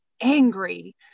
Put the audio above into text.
angry